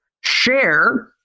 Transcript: share